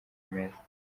meza